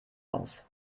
aus